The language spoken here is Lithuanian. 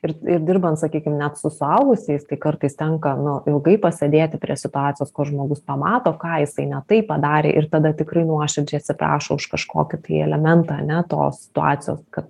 ir ir dirbant sakykim net su suaugusiais tai kartais tenka nu ilgai pasėdėti prie situacijos kol žmogus pamato ką jisai ne taip padarė ir tada tikrai nuoširdžiai atsiprašo už kažkokį tai elementą ane tos situacijos kad